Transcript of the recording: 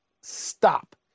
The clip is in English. Stop